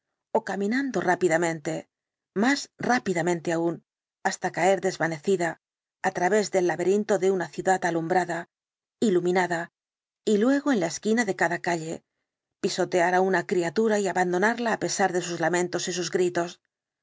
ó caminando rápidamente más rápidamente aún hasta caer desvanecida á través del laberinto de una ciudad alumbrada iluminada y luego en la esquina de cada calle pisotear á una criatura y abandonarla á pesar de sus lamentos y sus gritos